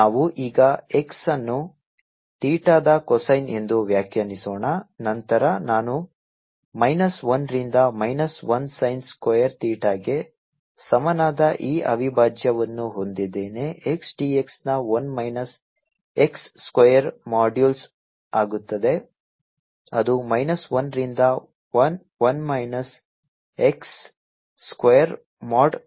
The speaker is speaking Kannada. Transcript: ನಾವು ಈಗ x ಅನ್ನು ಥೀಟಾದ cosine ಎಂದು ವ್ಯಾಖ್ಯಾನಿಸೋಣ ನಂತರ ನಾನು ಮೈನಸ್ 1 ರಿಂದ ಮೈನಸ್ 1 sin ಸ್ಕ್ವೇರ್ ಥೀಟಾಗೆ ಸಮನಾದ ಈ ಅವಿಭಾಜ್ಯವನ್ನು ಹೊಂದಿದ್ದೇನೆ xdx ನ 1 ಮೈನಸ್ x ಸ್ಕ್ವೇರ್ ಮಾಡ್ಯುಲಸ್ ಆಗುತ್ತದೆ ಅದು ಮೈನಸ್ 1 ರಿಂದ 1 1 minus x square mod xd x